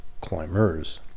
climbers